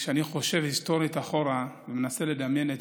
כשאני חושב היסטורית אחורה ומנסה לדמיין את